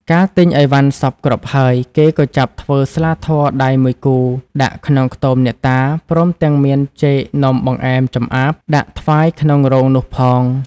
កាលទិញឥវ៉ាន់សព្វគ្រប់ហើយ គេក៏ចាប់ធ្វើស្លាធម៌ដៃ ១គូ ដាក់ក្នុងខ្ទម អ្នកតា ព្រមទាំងមានចេក នំ បង្អែម ចម្អាប ដាក់ថ្វាយក្នុងរោងនោះផង ។